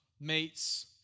meets